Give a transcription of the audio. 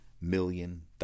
million